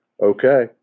Okay